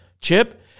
Chip